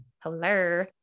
Hello